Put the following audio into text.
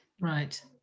Right